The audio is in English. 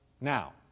Now